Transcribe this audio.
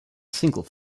single